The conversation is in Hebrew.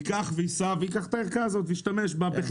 ייסע וייקח את הערכה הזאת וישתמש בה,